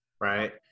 Right